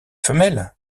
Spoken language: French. femelles